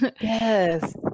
Yes